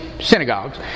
synagogues